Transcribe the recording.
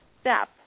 step